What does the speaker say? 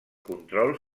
control